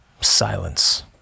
Silence